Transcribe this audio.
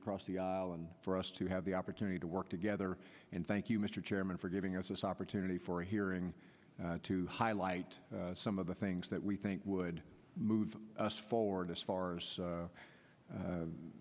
across the aisle and for us to have the opportunity to work together and thank you mr chairman for giving us this opportunity for hearing to highlight some of the things that we think would move us forward as far as